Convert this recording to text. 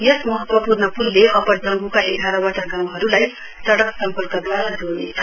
यस महत्वपूर्ण पूलले अप्पर जंगुका एघारवटाल गाँउहरूलाई सड़क सम्पर्कद्वारा जोड़नेछ